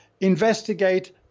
investigate